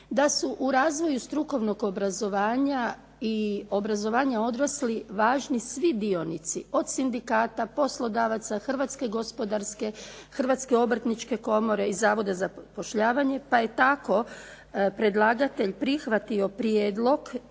da su u razvoju strukovnog obrazovanja i obrazovanja odraslih važni svi dionici od sindikata, poslodavaca, Hrvatske obrtničke komore i Zavoda za zapošljavanje pa je tako predlagatelj prihvatio prijedlog